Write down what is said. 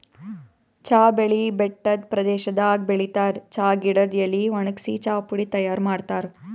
ಚಾ ಬೆಳಿ ಬೆಟ್ಟದ್ ಪ್ರದೇಶದಾಗ್ ಬೆಳಿತಾರ್ ಚಾ ಗಿಡದ್ ಎಲಿ ವಣಗ್ಸಿ ಚಾಪುಡಿ ತೈಯಾರ್ ಮಾಡ್ತಾರ್